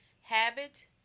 habit